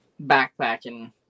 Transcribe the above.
backpacking